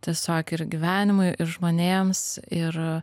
tiesiog ir gyvenimui ir žmonėms ir